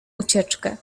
ucieczkę